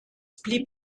blieb